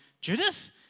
Judith